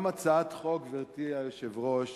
גם הצעת החוק, גברתי היושבת-ראש